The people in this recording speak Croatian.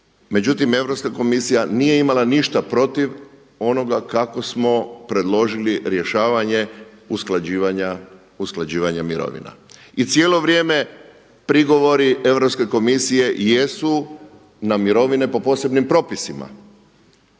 Međutim, Europska komisija nije imala ništa protiv onoga kako smo predložili rješavanje usklađivanja mirovina. I cijelo vrijeme prigovori Europske komisije jesu na mirovine po posebnim propisima